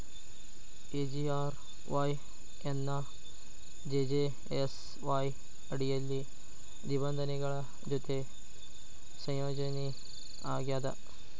SGRY ಎನ್ನಾ JJSY ಅಡಿಯಲ್ಲಿ ನಿಬಂಧನೆಗಳ ಜೊತಿ ಸಂಯೋಜನಿ ಆಗ್ಯಾದ